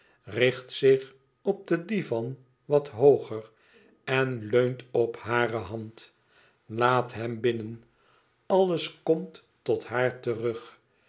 richt zich op den divan wat hooger en leunt op hare hand laat hem binnen alles komt tot haar terug